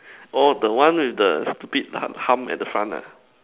oh the one with the stupid hump at the front ah